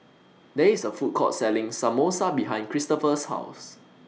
There IS A Food Court Selling Samosa behind Cristopher's House